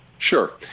Sure